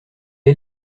est